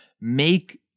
Make